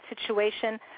situation